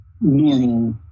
normal